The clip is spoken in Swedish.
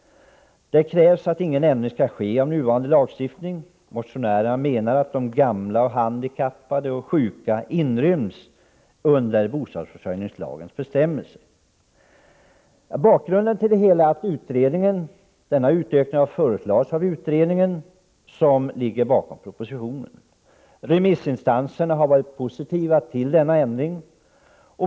I reservationen krävs att ingen ändring av nuvarande lagstiftning skall ske. Reservanterna, som fullföljer motion 3004, menar att de gamla, handikappade och sjuka inryms under bostadsförsörjningslagens bestämmelser. Bakgrunden till denna ändring är ett förslag från den utredning som ligger till grund för propositionerna. Remissinstanserna har varit positiva till ändringen.